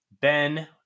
Ben